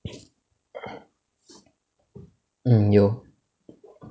mm 有